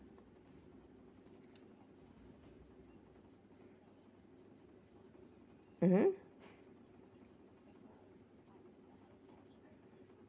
mmhmm